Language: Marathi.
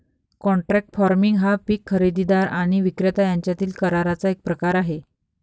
कॉन्ट्रॅक्ट फार्मिंग हा पीक खरेदीदार आणि विक्रेता यांच्यातील कराराचा एक प्रकार आहे